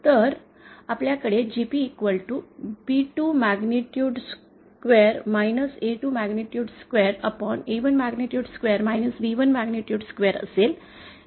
तर आपल्याकडे GP B2 magnitude square A2 magnitude square A1 magnitude square B1 magnitude square असेल